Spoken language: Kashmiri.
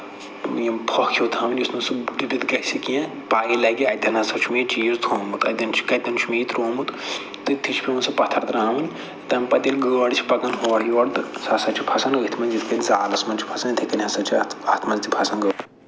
یِم پھۅکھ ہیٛوٗ تھاوُن یُتھ نہٕ سُہ ڈُبِتھ گَژھِ کیٚنٛہہ پَے لَگہِ اَتٮ۪ن ہسا چھُ مےٚ یہِ چیٖز تھوٚومُت اَتٮ۪ن چھُ کَتٮ۪ن چھُ مےٚ یہِ ترٛوومُت تٔتۍتھٕے چھُ پٮ۪وان سُہ پَتھر ترٛاوُن تَمہِ پَتہٕ ییٚلہِ گٲڈ چھِ پَکان اورٕ یور تہٕ سُہ ہسا چھُ پھسان أتھۍ منٛز یِتھٕ کٔنۍ زالَس منٛز چھُ پھسان یِتھٕے کٔنۍ ہسا چھِ اَتھ اَتھ منٛز تہِ پھسان گٲڈ